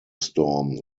storm